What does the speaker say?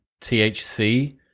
THC